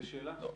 רק